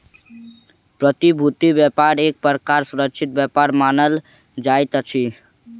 प्रतिभूति व्यापार एक प्रकारक सुरक्षित व्यापार मानल जाइत अछि